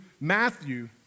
Matthew